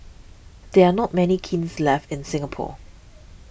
there are not many kilns left in Singapore